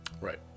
Right